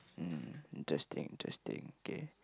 mm interesting interesting okay